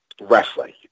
wrestling